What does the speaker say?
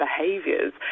behaviors